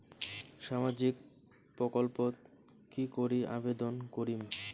সামাজিক প্রকল্পত কি করি আবেদন করিম?